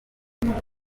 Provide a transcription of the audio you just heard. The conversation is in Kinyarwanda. umwana